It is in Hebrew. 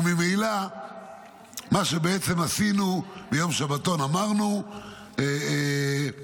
זהו, אמרנו על כל ארבעת הדברים.